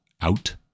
out